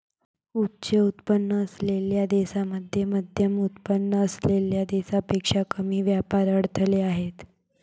उच्च उत्पन्न असलेल्या देशांमध्ये मध्यमउत्पन्न असलेल्या देशांपेक्षा कमी व्यापार अडथळे आहेत